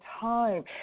time